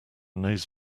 knows